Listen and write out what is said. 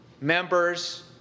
members